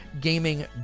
gaming